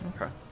Okay